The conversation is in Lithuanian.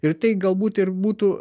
ir tai galbūt ir būtų